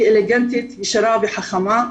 היא אלגנטית, ישרה וחכמה.